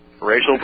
Racial